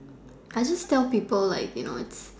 I just tell people like you know